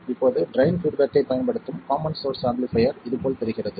இப்போது ட்ரைன் பீட்பேக்கைப் பயன்படுத்தும் காமன் சோர்ஸ் ஆம்பிளிஃபைர் இது போல் தெரிகிறது